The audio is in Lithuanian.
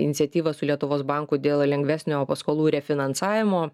iniciatyvą su lietuvos banku dėl lengvesnio paskolų refinansavimo